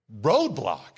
roadblock